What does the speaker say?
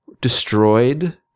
destroyed